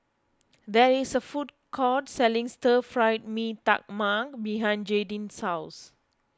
there is a food court selling Stir Fried Mee Tai Mak behind Jaydin's house